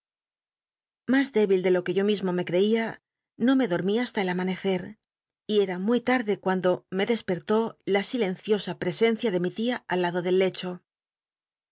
tl ébil de lo que yo mismo me crcia no me dormí hasta el amanecer y cta muy tarde cuando biblioteca nacional de españa david copperfield me despertó la silenciosa presencia de mi tia al lado del lecho